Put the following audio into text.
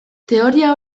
teoria